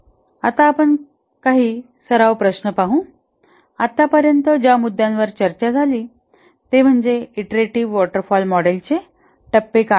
आता काही सराव प्रश्न पाहू आतापर्यंत ज्या मुद्द्यांवर चर्चा झाली ते म्हणजे ईंट्रेटिव्ह वॉटर फॉल मॉडेलचे टप्पे काय आहेत